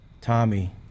Tommy